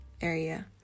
area